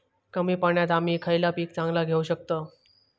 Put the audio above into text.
कमी पाण्यात आम्ही खयला पीक चांगला घेव शकताव?